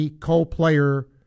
Co-Player